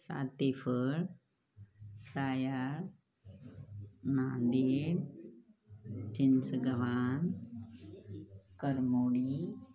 Satephal Sayal Nanded Chinsgavan Karmodi